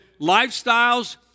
lifestyles